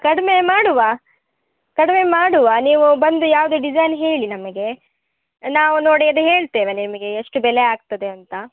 ಕಡಿಮೆ ಮಾಡುವ ಕಡಿಮೆ ಮಾಡುವ ನೀವು ಬಂದು ಯಾವುದು ಡಿಸೈನ್ ಹೇಳಿ ನಮಗೆ ನಾವು ನೋಡಿ ಅದೆ ಹೇಳ್ತೇವೆ ನಿಮಗೆ ಎಷ್ಟು ಬೆಲೆ ಆಗ್ತದೆ ಅಂತ